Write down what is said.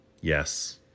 Yes